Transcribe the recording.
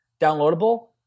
downloadable